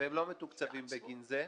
והם לא מתוקצבים בגין זה.